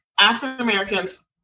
African-Americans